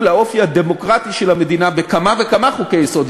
לאופי הדמוקרטי של המדינה בכמה וכמה חוקי-יסוד,